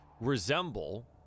resemble